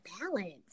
balance